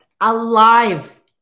alive